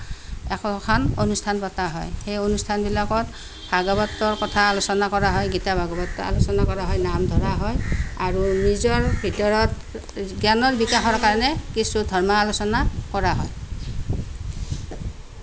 একোখন অনুষ্ঠান পতা হয় সেই অনুষ্ঠানবিলাকত ভাগৱতৰ কথা আলোচনা কৰা হয় গীতা ভাগৱতৰ কথা হয় নাম ধৰা হয় আৰু নিজৰ ভিতৰত জ্ঞানৰ বিকাশৰ কাৰণে কিছু ধৰ্ম আলোচনা কৰা হয়